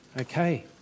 Okay